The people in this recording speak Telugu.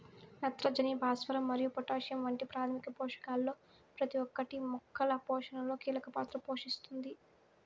నత్రజని, భాస్వరం మరియు పొటాషియం వంటి ప్రాథమిక పోషకాలలో ప్రతి ఒక్కటి మొక్కల పోషణలో కీలక పాత్ర పోషిస్తుంది